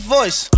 Voice